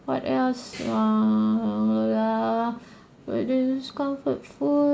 what else err what is this comfort foo~